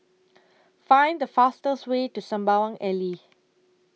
Find The fastest Way to Sembawang Alley